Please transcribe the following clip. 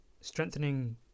strengthening